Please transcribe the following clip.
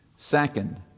Second